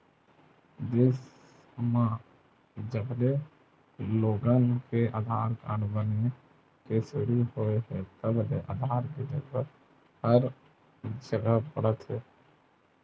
देस म जबले लोगन के आधार कारड बने के सुरू होए हे तब ले आधार के जरूरत हर जघा पड़त हे